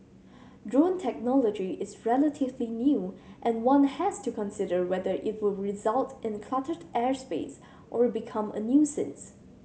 drone technology is relatively new and one has to consider whether it'll result in cluttered airspace or become a nuisance